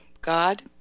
God